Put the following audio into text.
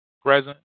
present